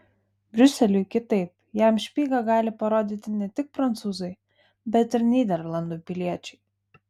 briuseliui kitaip jam špygą gali parodyti ne tik prancūzai bet ir nyderlandų piliečiai